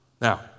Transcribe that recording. Now